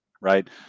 Right